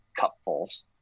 cupfuls